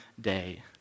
day